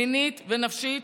מינית ונפשית,